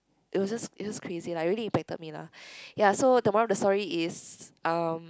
it was just it was just crazy lah it really impacted me lah ya so the moral of the story is um